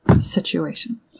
situation